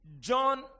John